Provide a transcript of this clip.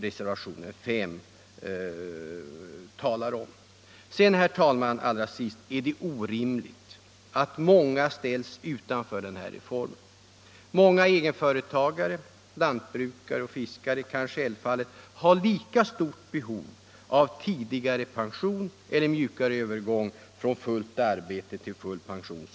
Allra sist, herr talman, vill jag framhålla att det är orimligt att många ställs utanför denna reform. Många egenföretagare, exempelvis lantbrukare och fiskare har självfallet lika stort behov som anställd personal av tidigare pension eller en mjukare övergång från fullt arbete till full pension.